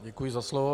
Děkuji za slovo.